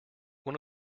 one